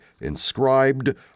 inscribed